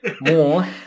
More